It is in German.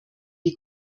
die